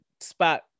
spot